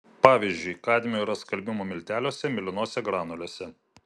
pavyzdžiui kadmio yra skalbimo milteliuose mėlynose granulėse